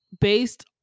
based